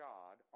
God